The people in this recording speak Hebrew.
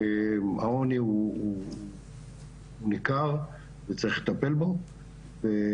והעוני הוא ניכר וצריך לטפל בו.